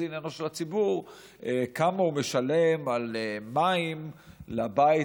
עניינו של הציבור כמה הוא משלם על מים לבית